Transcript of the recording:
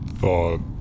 thought